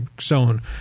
zone